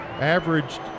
Averaged